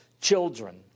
children